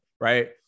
Right